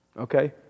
Okay